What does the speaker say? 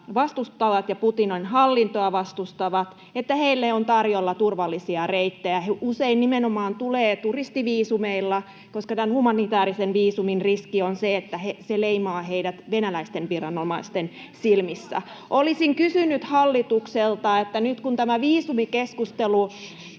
ja Putinin hallintoa vastustaville on tarjolla turvallisia reittejä. He usein tulevat nimenomaan turistiviisumeilla, koska humanitäärisen viisumin riski on se, että se leimaa heidät venäläisten viranomaisten silmissä. Olisin kysynyt hallitukselta, että nyt kun tämä viisumikeskustelu käy